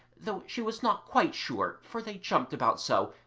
though she was not quite sure, for they jumped about so,